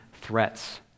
threats